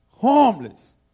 harmless